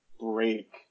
break